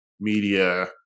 media